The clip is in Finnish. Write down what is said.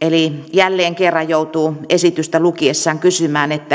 eli jälleen kerran joutuu esitystä lukiessaan kysymään